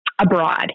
abroad